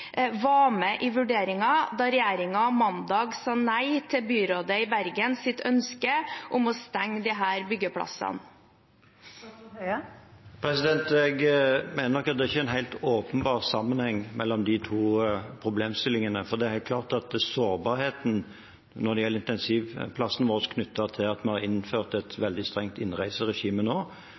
var med i vurderingen da regjeringen mandag sa nei til byrådet i Bergens ønske om å stenge disse byggeplassene. Jeg mener nok at det ikke er en helt åpenbar sammenheng mellom de to problemstillingene. Det er helt klart at sårbarheten når det gjelder intensivplassene våre, knyttet til at vi har innført et veldig strengt innreiseregime nå,